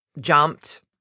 jumped